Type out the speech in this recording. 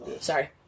Sorry